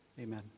Amen